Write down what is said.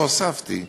והוספתי,